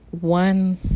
one